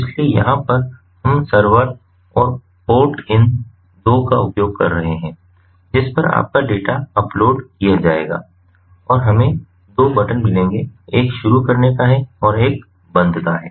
इसलिए यहाँ पर हम सर्वर और पोर्ट इन 2 का उपयोग कर रहे हैं जिस पर आपका डेटा अपलोड किया जाएगा और हमें दो बटन मिलेंगे एक शुरू करने का है और एक बंद का है